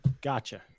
Gotcha